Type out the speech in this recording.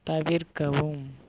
தவிர்க்கவும்